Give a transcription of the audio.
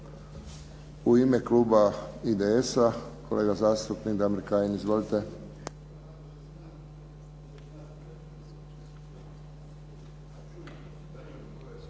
U ime kluba IDS-a kolega zastupnik Damir Kajin. Izvolite.